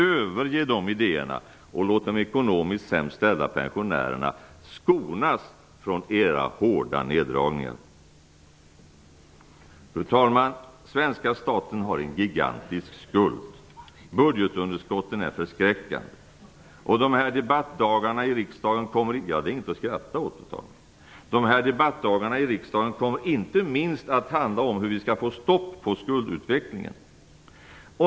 Överge de idéerna och låt de ekonomiskt sämst ställda pensionärerna skonas från era hårda neddragningar. Fru talman! Svenska staten har en gigantisk skuld. Budgetunderskotten är förskräckande. De här debattdagarna i riksdagen kommer inte minst att handla om hur vi skall få stopp på skuldutvecklingen.